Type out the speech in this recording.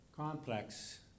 Complex